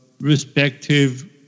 respective